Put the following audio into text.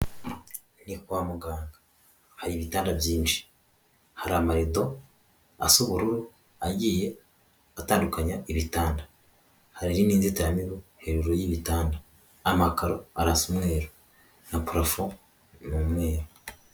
Ujya kwa muganga hari ibitanda byinshi, hari amarido asa ubururu, agiye atandukanya ibitanda, hari n'inzitiramibu hejuru y'ibitanda, amakaro arasa umweru na purafo ni umweru.